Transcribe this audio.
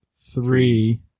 three